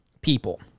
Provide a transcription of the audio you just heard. people